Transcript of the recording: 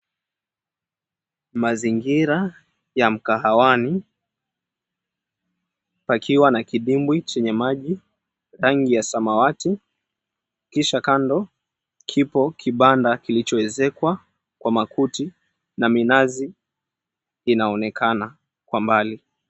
Mazingira ya mkahawani, pakiwa na kidimbwi chenye maji rangi ya samawati. Kisha kando kipo kibanda kilichoezekwa kwa makuti na minazi inaonekana kwa mbali.